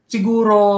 Siguro